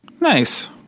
Nice